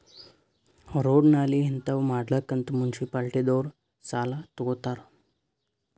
road, ನಾಲಿ ಹಿಂತಾವ್ ಮಾಡ್ಲಕ್ ಅಂತ್ ಮುನ್ಸಿಪಾಲಿಟಿದವ್ರು ಸಾಲಾ ತಗೊತ್ತಾರ್